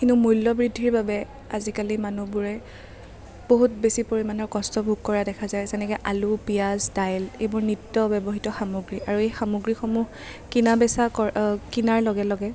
কিন্তু মূল্য় বৃদ্ধিৰ বাবে আজিকালি মানুহবোৰে বহুত বেছি পৰিমাণৰ কষ্ট ভোগ কৰা দেখা যায় যেনেকে আলু পিঁয়াজ দাইল এইবোৰ নিত্য় ব্য়ৱহৃত সামগ্ৰী আৰু এই সামগ্ৰীসমূহ কিনা বেচা কৰা কিনাৰ লগে লগে